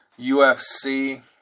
UFC